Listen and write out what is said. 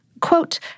Quote